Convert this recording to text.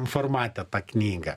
formate tą knygą